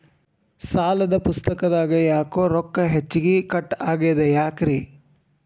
ಸಾಲದ ಪುಸ್ತಕದಾಗ ಯಾಕೊ ರೊಕ್ಕ ಹೆಚ್ಚಿಗಿ ಕಟ್ ಆಗೆದ ಯಾಕ್ರಿ?